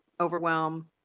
overwhelm